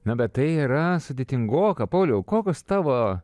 na bet tai yra sudėtingoka pauliau kokios tavo